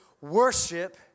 worship